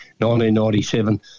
1997